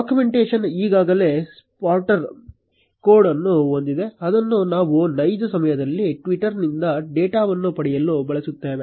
documentation ಈಗಾಗಲೇ starter code ಅನ್ನು ಹೊಂದಿದೆ ಅದನ್ನು ನಾವು ನೈಜ ಸಮಯದಲ್ಲಿ ಟ್ವಿಟರ್ನಿಂದ ಡೇಟಾವನ್ನು ಪಡೆಯಲು ಬಳಸುತ್ತೇವೆ